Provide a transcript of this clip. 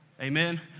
Amen